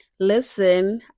Listen